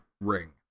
ring